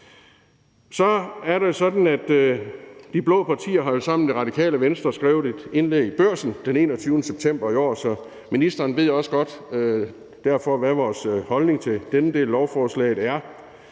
de blå partier sammen med Radikale Venstre har skrevet et indlæg i Børsen den 21. september i år, så ministeren ved derfor også godt, hvad vores holdning til denne del af lovforslaget er.